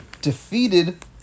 defeated